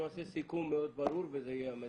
אנחנו נעשה סיכום מאוד ברור וזה יהיה המסר.